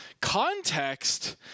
Context